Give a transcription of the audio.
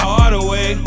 Hardaway